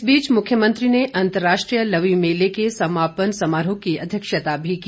इस बीच मुख्यमंत्री ने अंतर्राष्ट्रीय लवी मेले के समापन समारोह की अध्यक्षता भी की